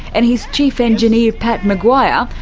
and his chief engineer, pat mcguire,